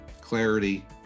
clarity